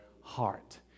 heart